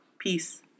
Peace